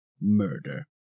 murder